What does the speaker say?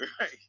Right